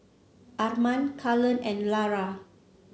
Arman Cullen and Lara